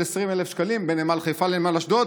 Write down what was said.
20,000 שקלים בין נמל חיפה לנמל אשדוד,